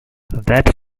that